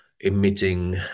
emitting